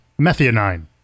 methionine